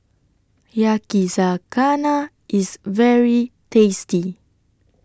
Yakizakana IS very tasty